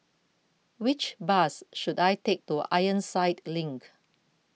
which bus should I take to Ironside Link